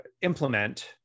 implement